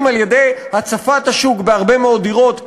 על-ידי הצפת השוק בהרבה מאוד דירות בהתנדבות.